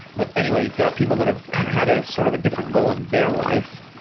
but anyway, you've got people that have had a sort of a different goal in their life.